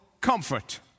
comfort